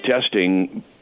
testing